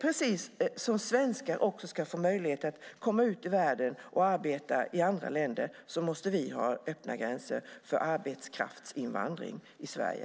Precis som svenskar ska få möjlighet att komma ut i världen och arbeta i andra länder måste vi också ha öppna gränser för arbetskraftsinvandring i Sverige.